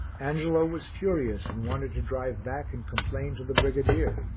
angelo was furious and wanted to drive back and complain to the brigadier,